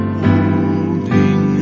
holding